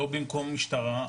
לא במקום משטרה,